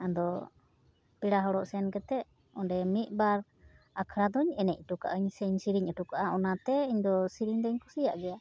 ᱟᱫᱚ ᱯᱮᱲᱟ ᱦᱚᱲᱚᱜ ᱥᱮᱱ ᱠᱟᱛᱮᱫ ᱚᱸᱰᱮ ᱢᱤᱫ ᱵᱟᱨ ᱟᱠᱷᱲᱟᱫᱚᱧ ᱮᱱᱮᱡ ᱚᱴᱚ ᱠᱟᱜᱼᱟ ᱥᱮᱧ ᱥᱮᱨᱮᱧ ᱚᱴᱚ ᱠᱟᱜᱼᱟ ᱚᱱᱟᱛᱮ ᱤᱧᱫᱚ ᱥᱤᱨᱤᱧ ᱫᱚᱧ ᱠᱩᱥᱤᱭᱟᱜ ᱜᱮᱭᱟ